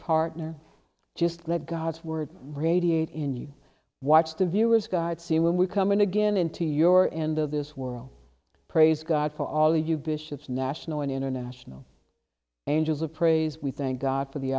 partner just let god's word radiate in you watch the viewer's guide see when we come in again into your end of this world praise god for all you bishops national and international angels of praise we thank god for the